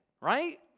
right